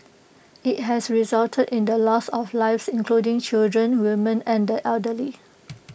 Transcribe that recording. IT has resulted in the loss of lives including children women and the elderly